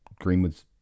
Greenwood's